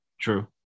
True